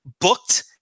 booked